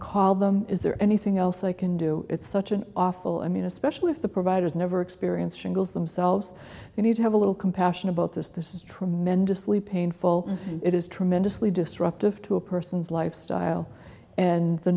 call them is there anything else i can do it's such an awful i mean especially if the providers never experienced shingles themselves they need to have a little compassion about this this is tremendously painful it is tremendously disruptive to a person's lifestyle and the